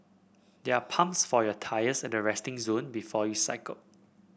there are pumps for your tyres at the resting zone before you cycle